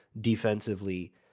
defensively